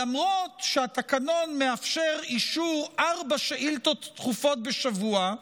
למרות שהתקנון מאפשר אישור ארבע שאילתות דחופות בשבוע,